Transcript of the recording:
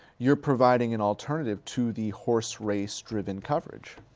you're providing an alternative to the horserace so driven coverage.